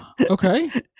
Okay